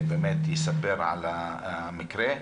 שיספר על המקרה.